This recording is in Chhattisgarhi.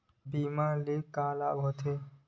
बीमा ले का लाभ होथे?